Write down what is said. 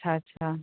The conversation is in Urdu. اچھا اچھا